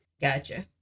gotcha